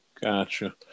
Gotcha